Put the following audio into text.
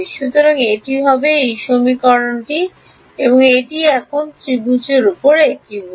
সুতরাং এটি তাই হবে এবং এটি এখন ত্রিভুজ র উপর একীভূত